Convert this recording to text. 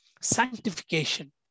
Sanctification